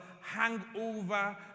hangover